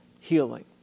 healing